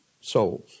souls